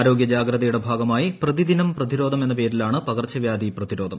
ആരോഗൃ ജാഗ്രതയുടെ ഭാഗമായി പ്രതിദിനം പ്രതിരോധം എന്ന പേരിലാണ് പകർച്ചവ്യാധി പ്രതിരോധം